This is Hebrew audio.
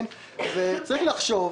צריך לחשוב,